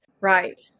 Right